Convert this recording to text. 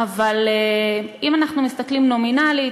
אם אנחנו מסתכלים נומינלית,